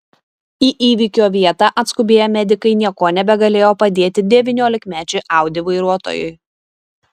į įvykio vietą atskubėję medikai niekuo nebegalėjo padėti devyniolikmečiui audi vairuotojui